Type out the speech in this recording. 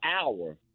hour